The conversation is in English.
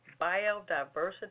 biodiversity